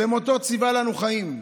במותו ציווה לנו חיים.